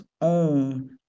own